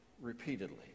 repeatedly